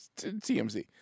TMZ